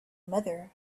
mother